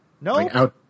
No